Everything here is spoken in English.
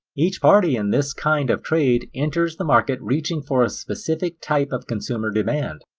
each party in this kind of trade enters the market reaching for a specific type of customer demand.